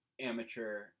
amateur